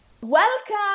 Welcome